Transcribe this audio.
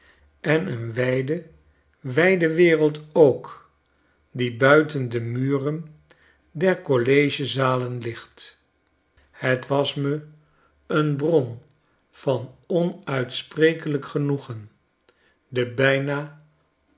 en een wijde wijde wereld ook die buiten de muren der college zalen ligt het was me een bron van onuitsprekelijk genoegen de bijna